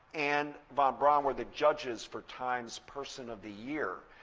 and von braun were the judges for time's person of the year.